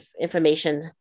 information